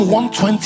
120